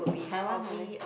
Taiwan or where